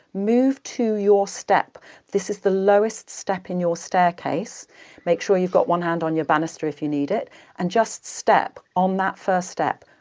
move to your step this is the lowest step in your staircase make sure you've got one hand on your banister if you need it and just step on that first step,